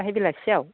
दाहाय बेलासिआव